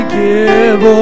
give